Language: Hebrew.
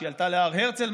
שהיא עלתה להר הרצל,